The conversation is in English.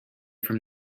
from